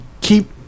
keep